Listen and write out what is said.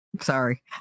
Sorry